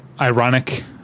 ironic